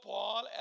Paul